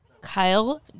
Kyle